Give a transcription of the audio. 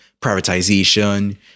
privatization